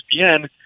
ESPN